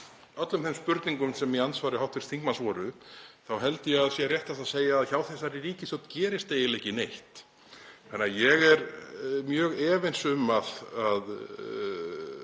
öllum þeim spurningum sem í andsvari hv. þingmanns voru þá held ég að það sé réttast að segja að hjá þessari ríkisstjórn gerist eiginlega ekki neitt. Þannig að ég er mjög efins um að